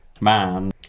man